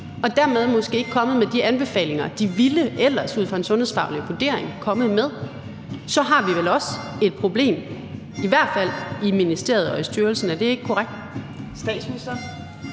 de dermed måske ikke er kommet med de anbefalinger, de ellers ville komme med ud fra en sundhedsfaglig vurdering, så har vi vel også et problem, i hvert fald i ministeriet og i styrelsen. Er det ikke korrekt? Kl.